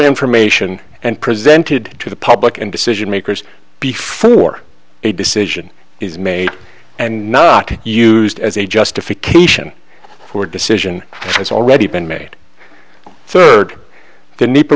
information and presented to the public and decision makers before a decision is made and not used as a justification for decision has already been made third the n